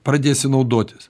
pradėsi naudotis